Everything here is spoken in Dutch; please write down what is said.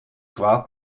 kwaad